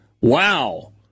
wow